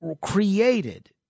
created